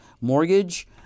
Mortgage